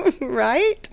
right